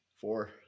Four